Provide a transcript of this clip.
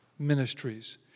ministries